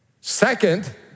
Second